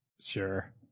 Sure